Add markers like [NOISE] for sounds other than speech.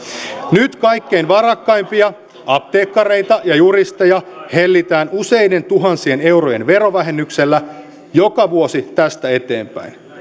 nyt kaikkein varakkaimpia apteekkareita ja juristeja hellitään useiden tuhansien eurojen verovähennyksellä joka vuosi tästä eteenpäin [UNINTELLIGIBLE]